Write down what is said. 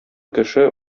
кеше